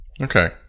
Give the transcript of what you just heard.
Okay